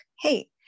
hey